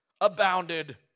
abounded